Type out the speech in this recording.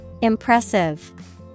Impressive